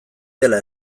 dela